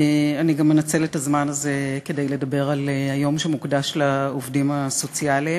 אני גם אנצל את הזמן הזה כדי לדבר על היום שמוקדש לעובדים הסוציאליים.